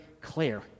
clear